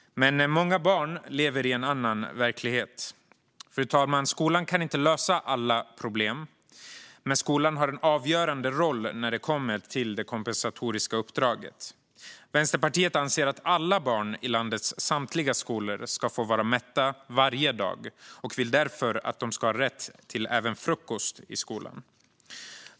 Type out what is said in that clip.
Men många barn lever i en annan verklighet. Fru talman! Skolan kan inte lösa alla problem. Men skolan har en avgörande roll när det gäller det kompensatoriska uppdraget. Vänsterpartiet anser att alla barn i landets samtliga skolor ska få vara mätta varje dag och vill därför att de ska ha rätt till även frukost i skolan.